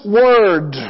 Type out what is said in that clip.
word